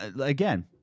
Again